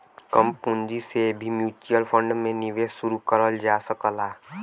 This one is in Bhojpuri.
कम पूंजी से भी म्यूच्यूअल फण्ड में निवेश शुरू करल जा सकला